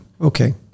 Okay